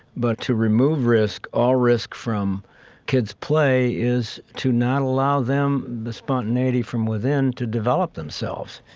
but to remove risk, all risk from kids' play, is to not allow them the spontaneity from within to develop themselves.